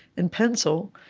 and pencil.